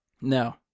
No